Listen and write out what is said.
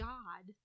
God